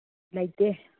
ꯂꯩꯇꯦ